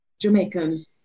Jamaican